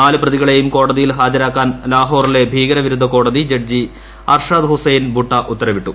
നാലു പ്രതികളെയും കോടതിയിൽ ഹാജരാക്കാൻ ലാഹോറിലെ ഭീകരവിരുദ്ധ കോടതി ജഡ്ജി അർഷദ് ഹുഐസ്സ് ഭൂട്ട ഉത്തരവിട്ടു